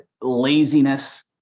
laziness